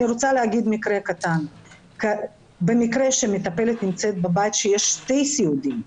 במקרה שמטפלת נמצאת בבית ויש שני סיעודיים,